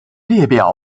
列表